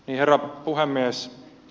herra puhemies